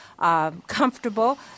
Comfortable